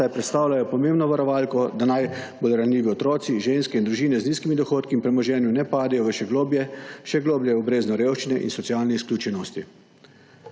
saj predstavljajo pomembno varovalko, da najbolj ranljive otroci, ženske in družine z nizkimi dohodki in premoženjem ne padejo še globlje v brezno revščine in socialne izključenosti.